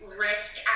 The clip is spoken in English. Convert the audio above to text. risk